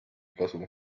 kasu